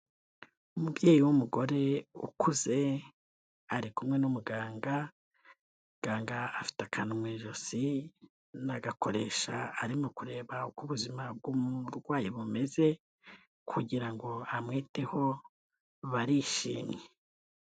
Umubyeyi w'umugore ukuze, ari kumwe n'umuganga, muganga afite akantu mu ijosi, agakoresha arimo kureba uko ubuzima bw'umurwayi bumeze, kugira ngo amwiteho, barishimye.